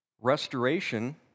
Restoration